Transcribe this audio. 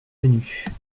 venu